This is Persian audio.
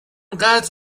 قدر